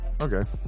Okay